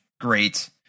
great